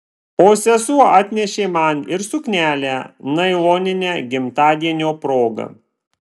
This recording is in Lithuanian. o sesuo atnešė man ir suknelę nailoninę gimtadienio proga